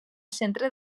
centre